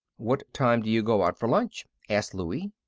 what time do you go out for lunch? asked louie.